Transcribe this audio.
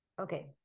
Okay